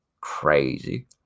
Crazy